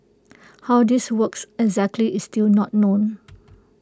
how this works exactly is still not known